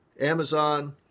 Amazon